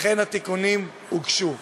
אכן התיקונים הוגשו.